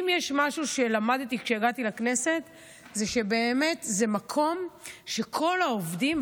אם יש משהו שלמדתי כשהגעתי לכנסת זה שבאמת זה מקום שכל העובדים כאן,